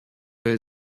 will